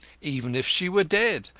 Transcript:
even if she were dead,